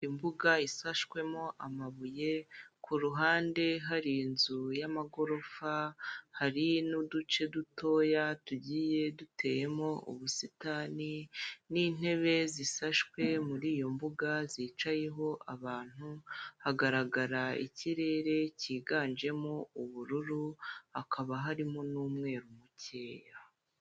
Imbuga isashwemo amabuye ku ruhande hari inzu y'amagorofa, hari n'uduce dutoya tugiye duteyemo ubusitani n'intebe zisashwe muri iyo mbuga zicayeho abantu hagaragara ikirere kiganjemo ubururu hakaba harimo n'umweru mu kirere.